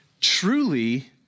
Truly